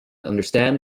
understand